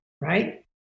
Right